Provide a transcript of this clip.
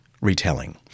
retelling